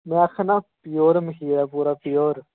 में आक्खै ना प्योर मखीर ऐ पूरा प्योर